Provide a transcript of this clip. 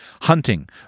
hunting